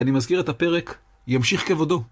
אני מזכיר את הפרק, ימשיך כבודו.